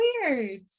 weird